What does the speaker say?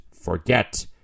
forget